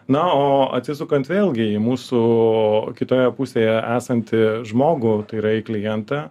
na o atsisukant vėlgi į mūsų o kitoje pusėje esantį žmogų tai yra į klientą